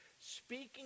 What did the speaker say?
speaking